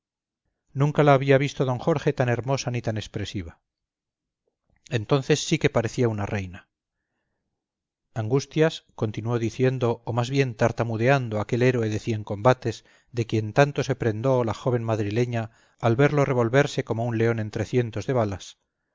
nunca la había visto d jorge tan hermosa ni tan expresiva entonces sí que parecía una reina angustias continuó diciendo o más bien tartamudeando aquel héroe de cien combates de quien tanto se prendó la joven madrileña al verlo revolverse como un león entre cientos de balas